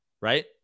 right